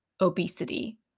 obesity